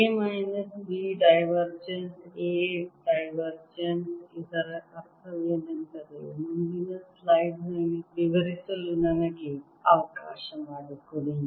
A minus B divergence A divergence ಇದರ ಅರ್ಥವೇನೆಂದರೆ ಮುಂದಿನ ಸ್ಲೈಡ್ ನಲ್ಲಿ ವಿವರಿಸಲು ನನಗೆ ಅವಕಾಶ ಮಾಡಿಕೊಡಿ